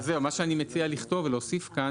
אז מה שאני מציע לכתוב ולהוסיף כאן,